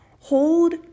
hold